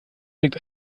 wirkt